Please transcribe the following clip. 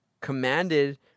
Commanded